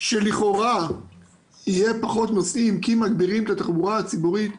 שלכאורה יהיו פחות נוסעים כי מגבירים את התחבורה הציבורית,